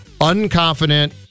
unconfident